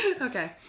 Okay